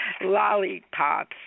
lollipops